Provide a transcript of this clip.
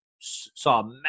saw